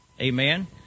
Amen